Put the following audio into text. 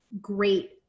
great